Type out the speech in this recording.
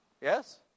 Yes